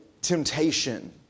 temptation